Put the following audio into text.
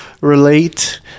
relate